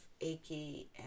achy